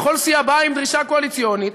וכל סיעה באה עם דרישה קואליציונית,